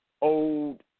old